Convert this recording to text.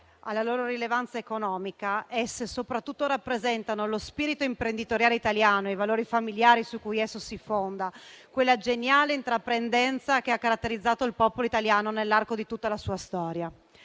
alla loro rilevanza economica, esse rappresentano soprattutto lo spirito imprenditoriale italiano e i valori familiari su cui esso si fonda, quella geniale intraprendenza che ha caratterizzato il popolo italiano nell'arco di tutta la sua storia.